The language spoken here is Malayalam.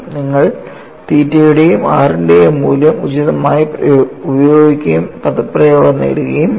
നിങ്ങൾ തീറ്റയുടെയും r ന്റെയും മൂല്യം ഉചിതമായി ഉപയോഗിക്കുകയും പദപ്രയോഗം നേടുകയും വേണം